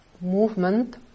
movement